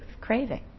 craving